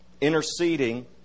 interceding